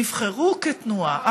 נבחרו כתנועה.